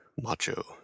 macho